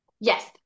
yes